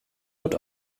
wird